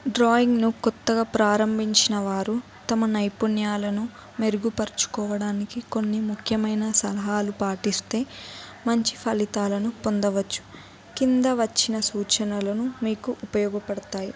డ్రాయింగ్ను కొత్తగా ప్రారంభించిన వారు తమ నైపుణ్యాలను మెరుగుపరుచుకోవడానికి కొన్ని ముఖ్యమైన సలహాలు పాటిస్తే మంచి ఫలితాలను పొందవచ్చు కింద వచ్చిన సూచనలను మీకు ఉపయోగపడతాయి